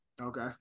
Okay